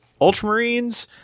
Ultramarines